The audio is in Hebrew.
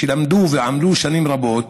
שלמדו ועמלו שנים רבות,